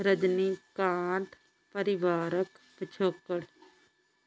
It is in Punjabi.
ਰਜਨੀਕਾਂਤ ਪਰਿਵਾਰਕ ਪਿਛੋਕੜ